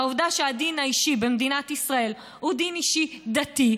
ומהעובדה שהדין האישי במדינת ישראל הוא דין דתי,